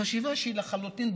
מן חשיבה שהיא לחלוטין,